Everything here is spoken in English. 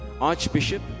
Archbishop